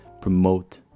promote